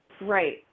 Right